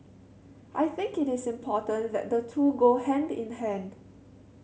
I think it is important that the two go hand in hand